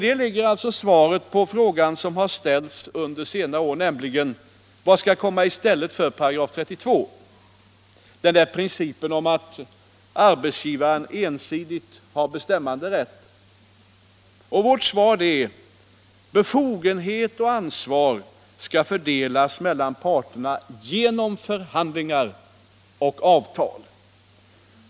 Däri ligger alltså svaret på den fråga som har ställts under senare år, nämligen: Vad skall komma i stället för § 32 — den där principen om att arbetsgivaren ensidigt har bestämmanderätt? Vårt svar är att befogenhet och ansvar skall fördelas mellan parterna genom förhandlingar och avtal.